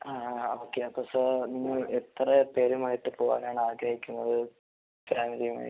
ആ ആ ഓക്കെയാക്കാം സാർ നിങ്ങൾ എത്ര പേരുമായിട്ട് പോകാനാണ് ആഗ്രഹിക്കുന്നത് ഫാമിലിയുമായി